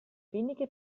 wenige